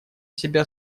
себя